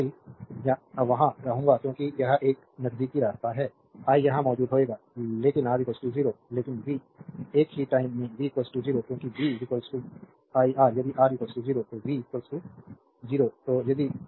तो आई वहाँ रहूँगा क्योंकि यह एक नज़दीकी रास्ता है आई वहाँ मौजूद होऊंगा लेकिन R 0 लेकिन v एक ही टाइम में v 0 क्योंकि b iR यदि R 0 तो v 0